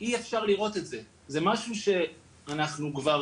אי אפשר לראות את זה, זה משהו שאנחנו כבר